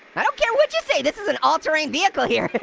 i don't care what you say, this is an all-terrain vehicle here.